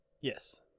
Yes